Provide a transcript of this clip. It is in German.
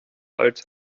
alt